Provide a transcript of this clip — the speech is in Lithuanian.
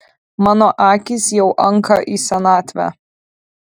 mano akys jau anka į senatvę